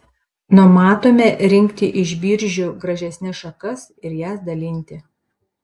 numatome rinkti iš biržių gražesnes šakas ir jas dalinti